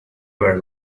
were